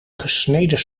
gesneden